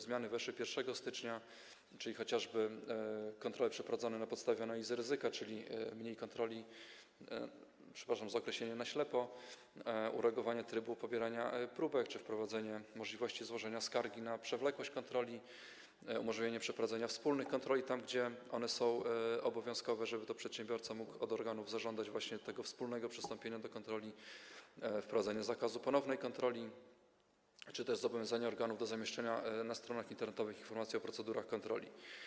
Zmiany weszły w życie 1 stycznia, czyli chociażby kontrole przeprowadzone na podstawie analizy ryzyka, czyli mniej kontroli - przepraszam za określenie - na ślepo, uregulowanie trybu pobierania próbek, wprowadzenie możliwości złożenia skargi na przewlekłość kontroli, umożliwienie przeprowadzenia wspólnych kontroli tam, gdzie one są obowiązkowe, żeby przedsiębiorca mógł zażądać od organów właśnie wspólnego przystąpienia do kontroli, wprowadzenie zakazu ponownej kontroli czy też zobowiązanie organów do zamieszczenia na stronach internetowych informacji o procedurach kontroli.